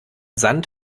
sand